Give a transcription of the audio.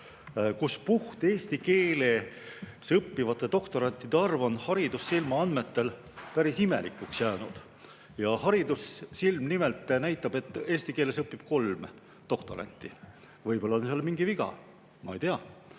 Puhtalt eesti keeles õppivate doktorantide arv on Haridussilma andmetel päris imelikuks jäänud. Haridussilm nimelt näitab, et eesti keeles õpib kolm doktoranti. Võib-olla on seal mingi viga – ma ei tea,